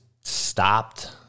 stopped